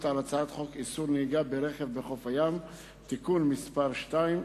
על הצעת חוק איסור נהיגה ברכב בחוף הים (תיקון מס' 2),